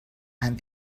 and